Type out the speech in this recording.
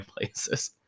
places